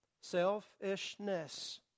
Selfishness